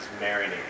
marinating